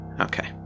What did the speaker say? Okay